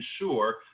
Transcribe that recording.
ensure